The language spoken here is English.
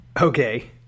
Okay